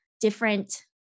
different